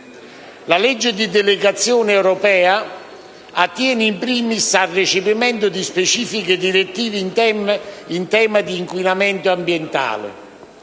La legge di delegazione europea attiene *in primis* al recepimento di specifiche direttive in tema di inquinamento ambientale.